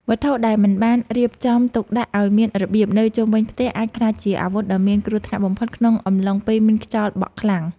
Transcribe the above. វត្ថុដែលមិនបានរៀបចំទុកដាក់ឱ្យមានរបៀបនៅជុំវិញផ្ទះអាចក្លាយជាអាវុធដ៏មានគ្រោះថ្នាក់បំផុតក្នុងអំឡុងពេលមានខ្យល់បក់ខ្លាំង។